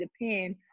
depend